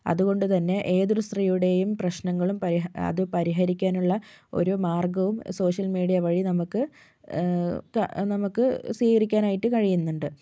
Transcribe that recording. അതുകൊണ്ടുതന്നെ ഏതൊരു സ്ത്രീയുടെയും പ്രശ്നങ്ങളും അത് പരിഹരിക്കാനുള്ള ഒരു മാർഗ്ഗവും സോഷ്യൽ മീഡിയ വഴി നമുക്ക് നമുക്ക് സ്വീകരിക്കാനായിട്ട് കഴിയുന്നുണ്ട്